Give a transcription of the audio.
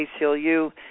ACLU